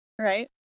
Right